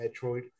Metroid